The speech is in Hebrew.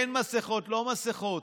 כן מסכות, לא מסכות?